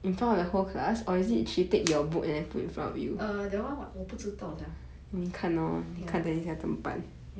err that [one] !wah! 我不知道 sia